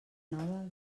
nova